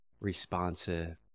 responsive